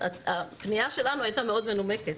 הפנייה שלנו הייתה מאוד מנומקת,